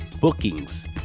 bookings